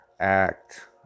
Act